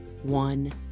one